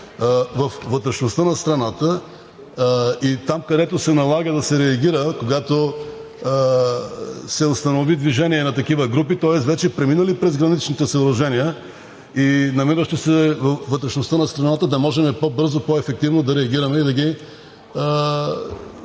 във вътрешността на страната. И там, където се налага да се реагира, когато се установи движение на такива групи, тоест вече преминали през граничните съоръжения и намиращи се във вътрешността на страната, да можем по-бързо, по-ефективно да реагираме и да ги